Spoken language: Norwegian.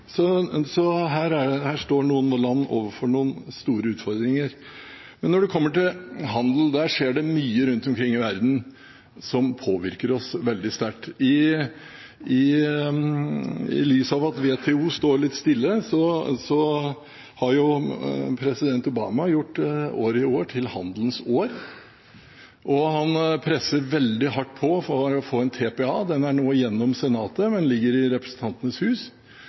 Så her står noen land overfor noen store utfordringer. Men når det kommer til handel, skjer det mye rundt omkring i verden som påvirker oss veldig sterkt. I lys av at WTO står litt stille, har president Obama gjort året i år til handelens år, og han presser veldig hardt på for å få en TPA. Den er nå gjennom Senatet, men ligger i Representantenes hus,